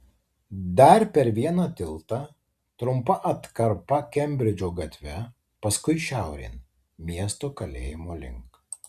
dar per vieną tiltą trumpa atkarpa kembridžo gatve paskui šiaurėn miesto kalėjimo link